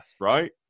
right